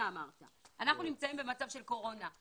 אמרת - אנחנו נמצאים במצב של קורונה.